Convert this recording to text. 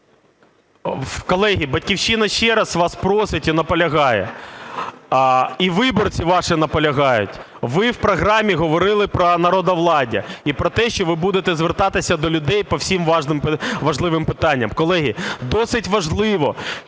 Колеги, "Батьківщина" ще раз вас просить і наполягає, і виборці ваші наполягають. Ви в програмі говорили про народовладдя, і про те, що ви будете звертатися до людей по всім важливим питанням. Колеги, досить важливо,